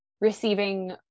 receiving